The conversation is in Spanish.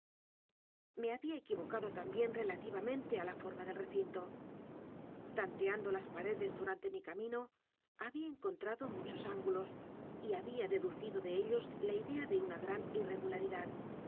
me había equivocado también relativamente á la forma del recinto tanteando las paredes durante mi edgar poe novelas y cuentos camino había encontrado muchos ángulos y había deducido de ellos la idea de una gran irregularidad